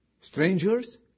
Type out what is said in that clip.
Strangers